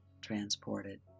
transported